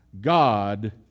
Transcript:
God